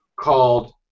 called